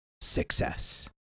success